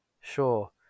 Sure